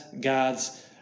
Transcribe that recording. God's